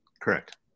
Correct